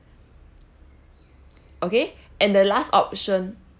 okay and the last option